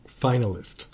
finalist